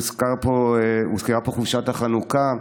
הוזכרה פה חופשת החנוכה.